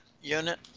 unit